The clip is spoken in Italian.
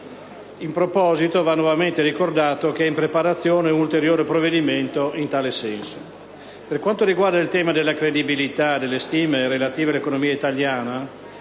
In proposito, va nuovamente ricordato che è in preparazione un ulteriore provvedimento in tal senso. Per quanto riguarda il tema della credibilità delle stime relative all'economia italiana,